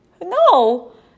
No